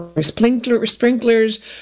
sprinklers